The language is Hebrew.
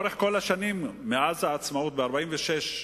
כל השנים מאז העצמאות ב-1946,